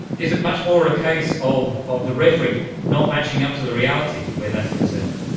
is it much more a case of of the rhetoric not matching up to the reality where that's concerned?